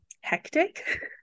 hectic